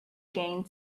gain